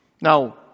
Now